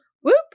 whoop